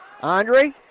Andre